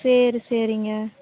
சரி சரிங்க